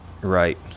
right